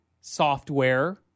software